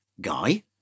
guy